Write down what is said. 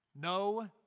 no